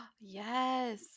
yes